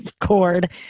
cord